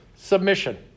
Submission